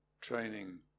training